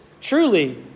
truly